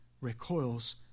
recoils